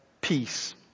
peace